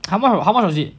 how much how much was it